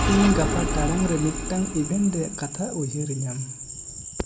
ᱤᱧ ᱜᱟᱯᱟ ᱴᱟᱲᱟᱝ ᱨᱮ ᱢᱤᱫᱴᱟᱝ ᱤᱵᱷᱮᱱᱴ ᱨᱮᱭᱟᱜ ᱠᱟᱛᱷᱟ ᱩᱭᱦᱟᱹᱨᱟᱹᱧᱟᱢ